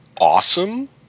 awesome